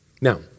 Now